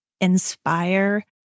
inspire